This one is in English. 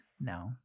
No